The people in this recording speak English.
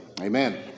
amen